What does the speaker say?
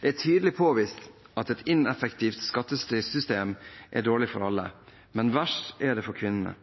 Det er tydelig påvist at et ineffektivt skattesystem er dårlig for alle, men verst er det for